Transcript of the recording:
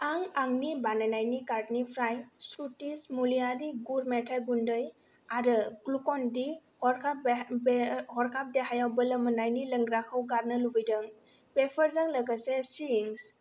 आं आंनि बानायनायनि कार्डनिफ्राय श्रुतिस मुलिआरि गुर मेथाइ गुन्दै आरो ग्लुकन दि हरखाब देह बे देहायाव बोलो मोननायनि लोंग्राखौ गारनो लुबैदों बेफोरजों लोगोसे शिंस